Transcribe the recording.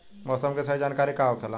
मौसम के सही जानकारी का होखेला?